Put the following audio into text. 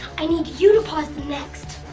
i need you to pause the next.